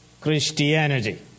Christianity